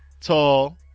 tall